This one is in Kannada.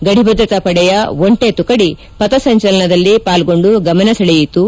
ಗಡಿ ಭದ್ರತಾ ಪಡೆಯ ಒಂಟೆ ತುಕಡಿ ಪಥ ಸಂಜಲನದಲ್ಲಿ ಪಾಲ್ಗೊಂಡು ಗಮನ ಸೆಳೆಯಿತು